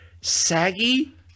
saggy